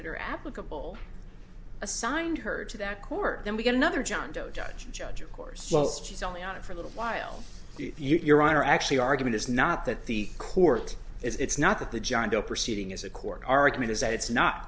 that are applicable assigned her to that court then we get another john doe judge and judge of course well she's only on it for a little while your honor actually argument is not that the court is it's not that the john doe proceeding is a court argument is that it's not